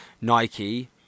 Nike